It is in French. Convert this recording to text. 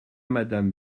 madame